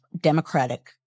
democratic